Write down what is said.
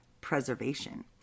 preservation